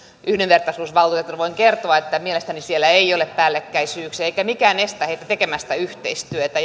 yhdenvertaisuusvaltuutettuna voin kertoa että mielestäni siellä ei ole päällekkäisyyksiä eikä mikään estä heitä tekemästä yhteistyötä